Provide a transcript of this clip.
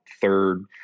third